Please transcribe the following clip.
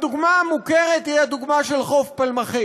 הדוגמה המוכרת היא חוף פלמחים.